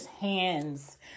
hands